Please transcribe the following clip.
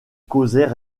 causaient